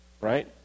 right